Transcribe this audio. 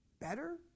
better